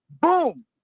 Boom